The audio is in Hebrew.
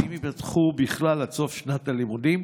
האם ייפתחו בכלל עד סוף שנת הלימודים?